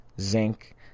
zinc